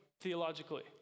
theologically